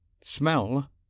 smell